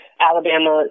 Alabama